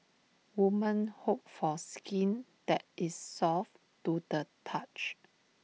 women hope for skin that is soft to the touch